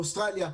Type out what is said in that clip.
באוסטרליה,